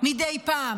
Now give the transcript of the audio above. מדי פעם.